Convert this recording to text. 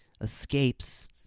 escapes